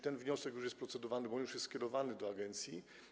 Ten wniosek już jest procedowany, bo on już jest skierowany do agencji.